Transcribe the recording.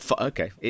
Okay